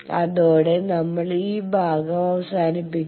അതോടെ നമ്മൾ ഈ ഭാഗം അവസാനിപ്പിക്കുന്നു